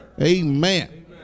Amen